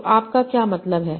तो आपका क्या मतलब है